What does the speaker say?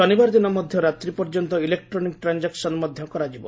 ଶନିବାର ଦିନ ମଧ୍ୟ ରାତ୍ରି ପର୍ଯ୍ୟନ୍ତ ଇଲେକ୍ଟ୍ରୋନିକ୍ ଟ୍ରାଞ୍ଜାକ୍ସନ୍ ମଧ୍ୟ କରାଯିବ